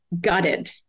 gutted